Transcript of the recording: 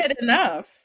enough